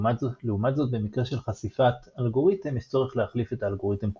לעומת זאת במקרה של חשיפת אלגוריתם יש צורך להחליף את האלגוריתם כולו.